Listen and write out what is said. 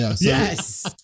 Yes